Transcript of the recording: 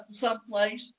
someplace